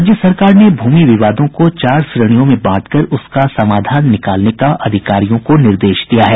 राज्य सरकार ने भूमि विवादों को चार श्रेणियों में बांटकर उसका समाधान निकालने का अधिकारियों को निर्देश दिया है